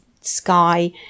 sky